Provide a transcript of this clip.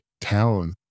town